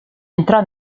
entrò